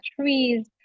trees